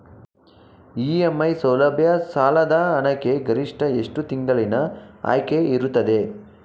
EMI ಸೌಲಭ್ಯ ಸಾಲದ ಹಣಕ್ಕೆ ಗರಿಷ್ಠ ಎಷ್ಟು ತಿಂಗಳಿನ ಆಯ್ಕೆ ಇರುತ್ತದೆ?